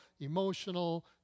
emotional